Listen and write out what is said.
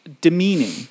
demeaning